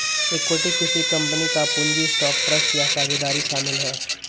equity किसी company का पूंजी स्टॉक ट्रस्ट या साझेदारी शामिल है